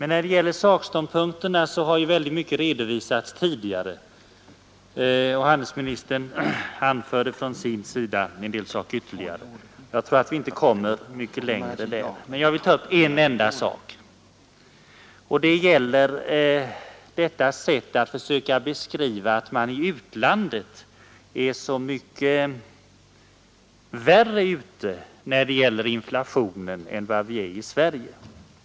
När det gäller sakståndpunkterna har åtskilligt redovisats tidigare, och handelsministern anförde från sitt håll vissa synpunkter. Jag tror inte att vi kommer mycket längre i det avseendet och vill bara ta upp en enda sak, nämligen försöket att göra gällande att det är så mycket värre ställt när det gäller inflationen i utlandet än vad det är i Sverige. Så förhåller det sig inte.